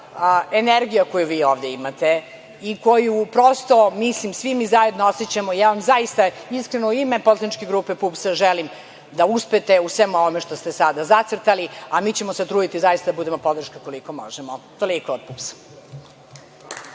energija koju vi ovde imate i koju svi zajedno osećamo. Ja vam zaista iskreno u ime poslaničke grupe PUPS želim da uspete u svemu ovome što ste sada zacrtali, a mi ćemo se truditi da budemo podrška koliko možemo. Toliko od PUPS-a.